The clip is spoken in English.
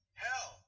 hell